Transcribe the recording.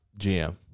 GM